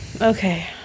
Okay